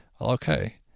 okay